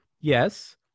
yes